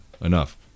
enough